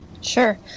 Sure